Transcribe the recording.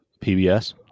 PBS